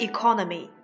Economy